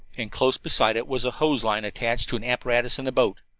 and close beside it was a hose line attached to an apparatus in the boat.